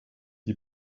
die